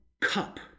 cup